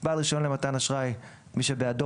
"בעל רישיון למתן אשראי" - מי שבידו